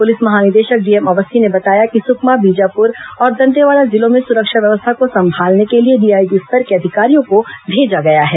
police महानिदेशक DM Awasthi ने बताया कि सुकमा बीजापुर और दंतेवाड़ा जिलों में सुरक्षा व्यवस्था को संभालने के लिए डीआईजी स्तर के अधिकारियों को भेजा गया है